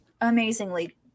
amazingly